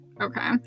okay